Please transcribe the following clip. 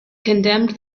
condemned